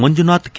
Manjunath K